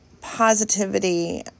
positivity